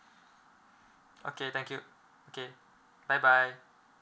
okay thank you okay bye bye